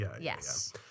Yes